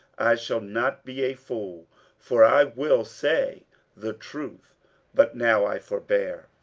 i shall not be a fool for i will say the truth but now i forbear,